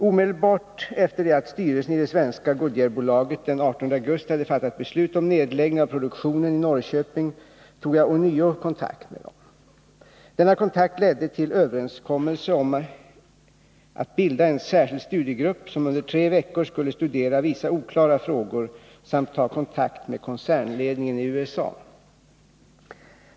Omedelbart efter det att styrelsen i det svenska Goodyearbolaget den 18 augusti hade fattat beslut om nedläggning av produktionen i Norrköping tog jag ånyo kontakt med den. Denna kontakt ledde till överenskommelse om att bilda en särskild studiegrupp som under tre veckor skulle studera vissa oklara frågor samt ta kontakt med koncernledningen i USA.